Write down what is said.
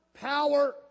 power